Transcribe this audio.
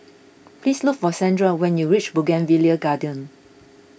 please look for Sandra when you reach Bougainvillea Garden